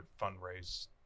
fundraise